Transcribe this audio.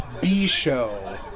B-show